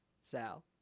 Sal